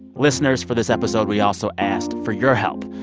listeners, for this episode, we also asked for your help.